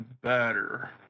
better